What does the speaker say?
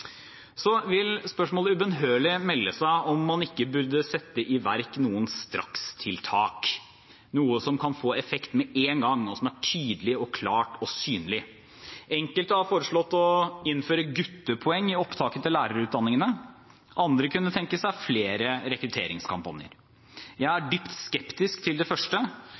Så vil spørsmålet ubønnhørlig melde seg om man ikke burde sette i verk noen strakstiltak – noe som kan få effekt med en gang, og som er tydelig, klart og synlig. Enkelte har foreslått å innføre såkalte guttepoeng i opptaket til lærerutdanningene. Andre kunne tenke seg flere rekrutteringskampanjer. Jeg er dypt skeptisk til det første.